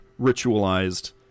ritualized